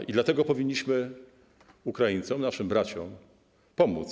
I dlatego powinniśmy Ukraińcom, naszym braciom, pomóc.